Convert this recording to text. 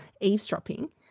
eavesdropping